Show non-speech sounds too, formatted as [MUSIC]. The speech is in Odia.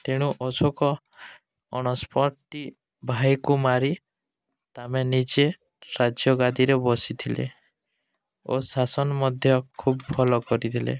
ତେଣୁ ଅଶୋକ [UNINTELLIGIBLE] ଭାଇକୁ ମାରି [UNINTELLIGIBLE] ନିଜେ ରାଜ୍ୟ ଗାଦିରେ ବସିଥିଲେ ଓ ଶାସନ ମଧ୍ୟ ଖୁବ୍ ଭଲ କରିଥିଲେ